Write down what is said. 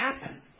happen